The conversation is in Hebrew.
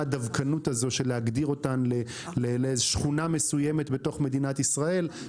מה הדווקנות הזו של להגדיר אותם לשכונה מסוימת בתוך מדינת ישראל.